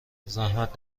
زحمت